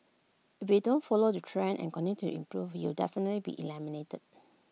if you don't follow the trends and continue to improve you'll definitely be eliminated